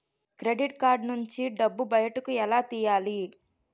Credit card నుంచి డబ్బు బయటకు ఎలా తెయ్యలి?